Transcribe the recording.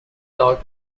lot